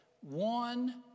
one